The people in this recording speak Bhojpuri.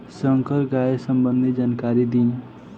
संकर गाय संबंधी जानकारी दी?